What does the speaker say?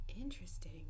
Interesting